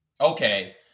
Okay